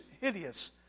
hideous